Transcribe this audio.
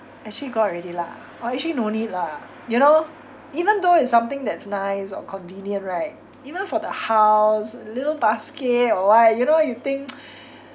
actually got already lah or actually no need lah you know even though it's something that's nice or convenient right even for the house a little basket or what you know you think